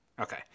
Okay